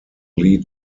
lead